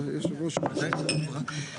רוצה הפסקה דקה?